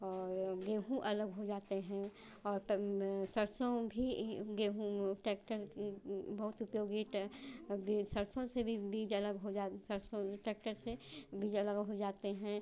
और गेहूँ अलग हो जाते हैं और सरसों भी गेहूँ टैक्टर बहुत उपयोगी बीज सरसों से भी बीज अलग हो जा सरसों टैक्टर से बीज अलग हो जाते हैं